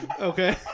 Okay